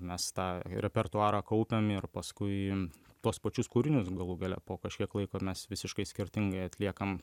mes tą repertuarą kaupiam ir paskui tuos pačius kūrinius galų gale po kažkiek laiko mes visiškai skirtingai atliekam